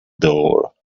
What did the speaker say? door